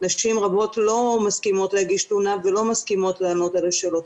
נשים רבות לא מסכימות להגיש תלונה ולא מסכימות לענות על שאלות,